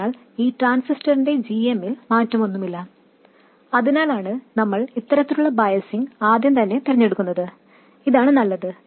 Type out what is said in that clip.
അതിനാൽ ഈ ട്രാൻസിസ്റ്ററിന്റെ gm ൽ മാറ്റമൊന്നുമില്ല അതിനാലാണ് നമ്മൾ ഇത്തരത്തിലുള്ള ബയസിങ് ആദ്യം തന്നെ തിരഞ്ഞെടുക്കുന്നത് ഇതാണ് നല്ലത്